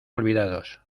olvidados